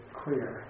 clear